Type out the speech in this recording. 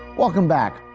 welcome back!